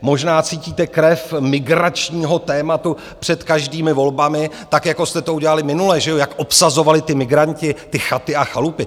Možná cítíte krev migračního tématu před každými volbami, tak jako jste to udělali minule, že ano?, jak obsazovali ti migranti chaty a chalupy.